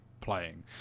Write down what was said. playing